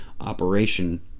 operation